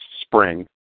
spring